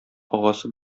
агасы